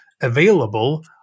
available